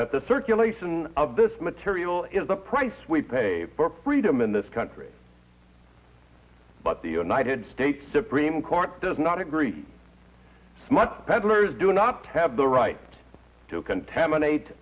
that the circulation of this material is the price we pay for freedom in this country but the united states supreme court does not agree smut peddlers do not have the right to contaminate